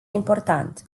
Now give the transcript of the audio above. important